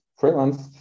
Freelance